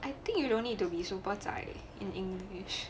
I think you don't need to be super zai in english